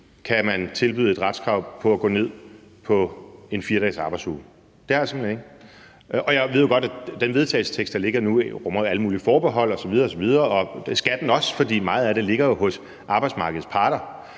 kan tilbyde et retskrav på at gå ned på en 4-dages arbejdsuge. Det har jeg simpelt hen ikke. Jeg ved godt, at den vedtagelsestekst, der ligger nu, rummer alle mulige forbehold osv. osv., og det skal den også, for meget af det ligger jo hos arbejdsmarkedets parter.